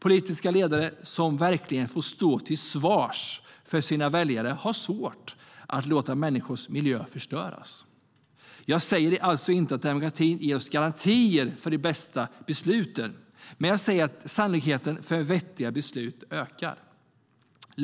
Politiska ledare som verkligen får stå till svars inför sina väljare har svårt att låta människors miljö förstöras. Jag säger alltså inte att demokratin ger oss garantier för de bästa besluten. Men jag säger att sannolikheten för vettiga beslut ökar.